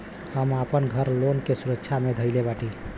हम आपन घर लोन के सुरक्षा मे धईले बाटी